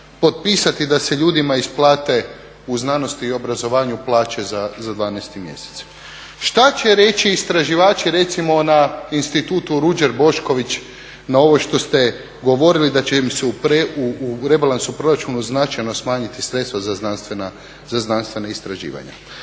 potpisati da se ljudima isplate u znanosti i obrazovanju plaće za 12. mjesec. Šta će reći istraživači recimo na Institutu Ruđer Bošković na ovo što ste govorili da će im se u rebalansu proračuna značajno smanjiti sredstva za znanstvena istraživanja.